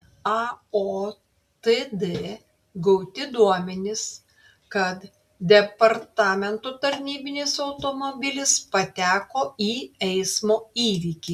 aotd gauti duomenys kad departamento tarnybinis automobilis pateko į eismo įvykį